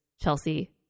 Chelsea